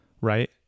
right